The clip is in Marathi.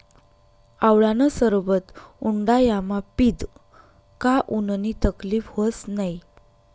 आवळानं सरबत उंडायामा पीदं का उननी तकलीब व्हस नै